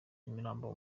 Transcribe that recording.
nyamirambo